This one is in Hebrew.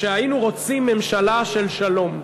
אמרה שהיינו רוצים ממשלה של שלום.